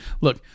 look